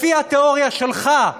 לפי התיאוריה שלך,